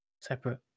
separate